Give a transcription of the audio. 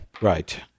Right